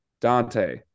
Dante